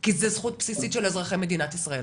כי זה זכות בסיסית של אזרחי מדינת ישראל.